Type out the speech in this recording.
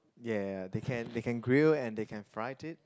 ya they can they can grill and they can fry it